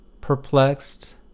perplexed